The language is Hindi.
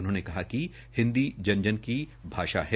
उन्होंने कहा कि हिन्दी जन जन की भाषा है